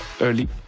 early